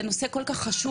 זה נושא כל כך חשוב,